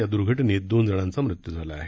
या द्र्घटनेत दोन जणांचा मृत्यू झाला आहे